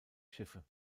schiffe